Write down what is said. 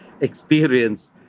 experience